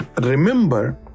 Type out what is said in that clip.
remember